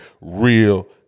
real